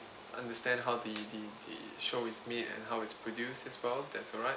understand how the the the show is made and how it's produced as well that's all right